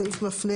הסעיף מפנה